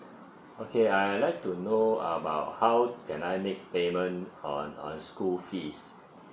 okay I like to know about how can I make payment on on school fees